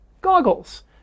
Goggles